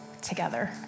together